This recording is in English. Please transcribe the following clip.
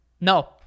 No